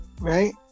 right